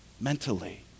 mentally